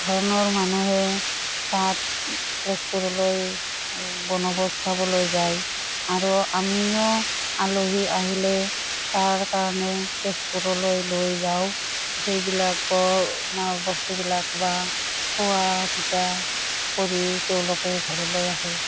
ধৰণৰ মানুহে তাত তেজপুৰলৈ বনভোজ খাবলৈ যায় আৰু আমিও আলহী আহিলে তাৰ কাৰণে তেজপুৰলৈ লৈ যাওঁ সেইবিলাকৰ বস্তুবিলাক বা চোৱা চিতা কৰি তেওঁলোকে ঘৰলৈ আহে